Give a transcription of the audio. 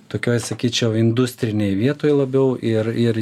tokioj sakyčiau industrinėj vietoj labiau ir ir